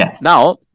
Now